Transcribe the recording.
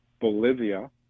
Bolivia